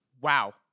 Wow